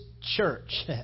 church